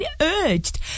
urged